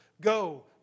Go